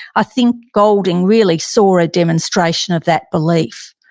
i think golding really saw a demonstration of that belief.